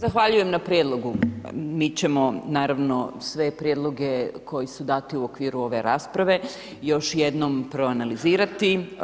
Zahvaljujem na prijedlogu, mi ćemo naravno sve prijedloge koji su dati u okviru ove rasprave još jednom proanalizirati.